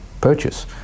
purchase